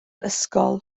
ysgol